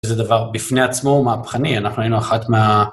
וזה דבר בפני עצמו מהפכני, אנחנו היינו אחת מה...